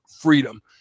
freedom